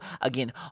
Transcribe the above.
again